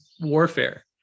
Warfare